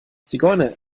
zigeuner